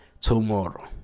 tomorrow